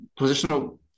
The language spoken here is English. positional